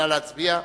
נא להצביע.